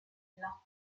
villa